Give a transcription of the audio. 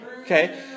Okay